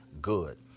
good